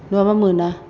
नङाब्ला मोना